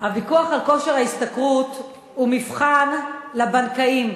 הוויכוח על כושר ההשתכרות הוא מבחן לבנקאים,